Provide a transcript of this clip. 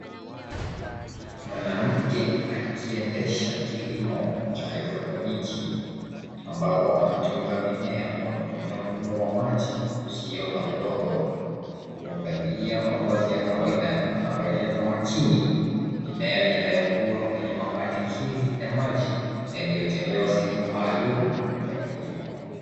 Mwanamke akiendesha kilimo cha haidroponiki, ambapo anatunza mimea kwa kutumia mfumo wa maji usio na udongo. Amevalia mavazi ya kawaida na anaangalia kwa makini mimea inayokua kwenye mapandikizi ya maji yaliyotengewa sehemu maalum ya kilimo.